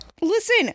Listen